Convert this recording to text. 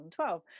2012